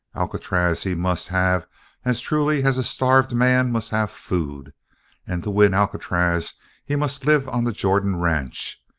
alcatraz he must have as truly as a starved man must have food and to win alcatraz he must live on the jordan ranch.